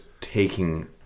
taking